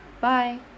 Bye